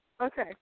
Okay